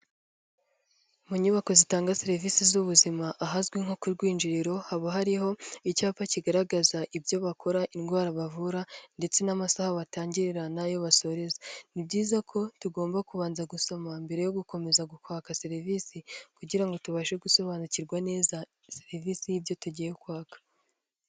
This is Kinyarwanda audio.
Mu nyubako zitanga serivisi z'ubuzima ahazwi nko ku rwinjiriro haba hariho icyapa kigaragaza ibyo bakora, indwara bavura ndetse n'amasaha batangirira n'ayo basoreza. Ni byiza ko tugomba kubanza gusoma mbere yo gukomeza kwaka serivisi kugira ngo tubashe gusobanukirwa neza serivisi y'ibyo tugiye kwaka.